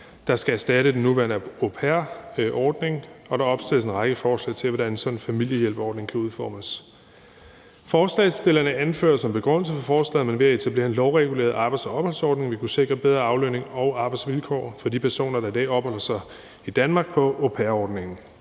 der skal erstatte den nuværende au pair-ordning, og der opstilles en række forslag til, hvordan sådan en familiehjælperordning kan udformes. Forslagsstillerne anfører som begrundelse for forslaget, at man ved at etablere en lovreguleret arbejds- og opholdsordning vil kunne sikre bedre aflønning og arbejdsvilkår for de personer, der i dag opholder sig i Danmark på au pair-ordningen.